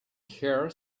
here